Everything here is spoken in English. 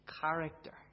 character